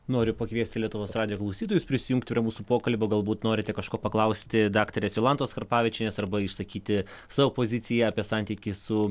noriu pakviesti lietuvos radijo klausytojus prisijungt prie mūsų pokalbio galbūt norite kažko paklausti daktarės jolantos karpavičienės arba išsakyti savo poziciją apie santykį su